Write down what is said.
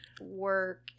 Work